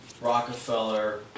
Rockefeller